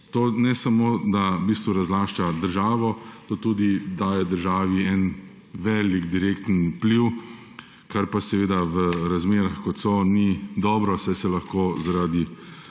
da v bistvu razlašča državo, to tudi daje državi en velik direkten vpliv, kar pa seveda v razmerah, kot so, ni dobro, saj se lahko zaradi